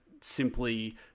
simply